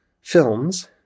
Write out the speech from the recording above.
films